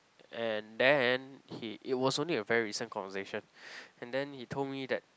and then he it was only a very recent conversation and then he told me that